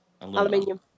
Aluminium